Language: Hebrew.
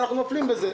ואנחנו נופלים בזה.